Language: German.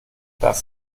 das